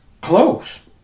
close